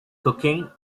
cooking